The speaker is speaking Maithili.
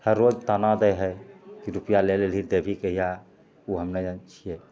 हर रोज ताना दै हइ कि रुपैआ लै लेलही देबही कहिआ ओ हम नहि जानै छिए